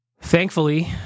thankfully